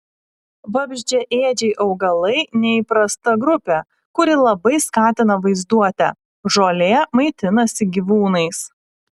vabzdžiaėdžiai augalai neįprasta grupė kuri labai skatina vaizduotę žolė maitinasi gyvūnais